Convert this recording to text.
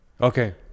Okay